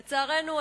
לצערנו,